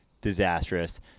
disastrous